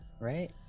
right